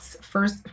first